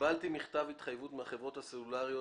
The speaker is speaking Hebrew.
"קיבלתי מכתב התחייבות מן החברות הסלולריות